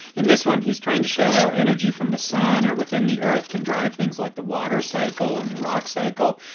in this one he is trying to show how energy from the sun or within the earth can drive things like the water cycle and the rock cycle.